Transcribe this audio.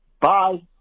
Bye